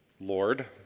Lord